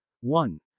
one